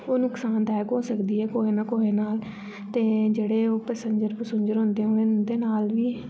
ओह् नुकसानदायक होई सकदी ऐ कुहै ने कुहै नाल ते जेह्ड़े ओह् पैसेन्जर पसुंजर हुं'दे उं'दे नाल बी